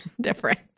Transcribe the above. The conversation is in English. different